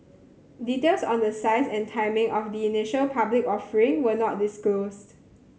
details on the size and timing of the initial public offering were not disclosed